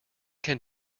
can